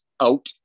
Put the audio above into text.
out